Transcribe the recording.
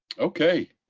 okay,